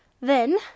Then